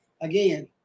Again